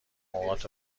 اوقات